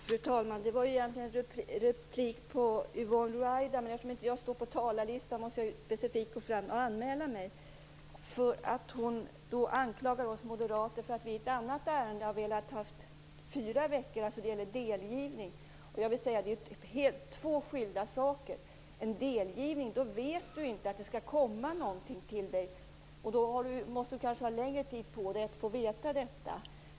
Fru talman! Detta är egentligen en replik på Yvonne Ruwaida, men eftersom jag inte står på talarlistan måste jag gå fram och anmäla mig. Hon anklagar oss moderater för att vi i ett annat ärende har velat ha fyra veckor. Det gäller delgivning. Det är två skilda saker. Vid en delgivning vet man inte att det skall komma någonting. Då måste man kanske ha längre tid på sig att få veta detta.